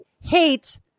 hate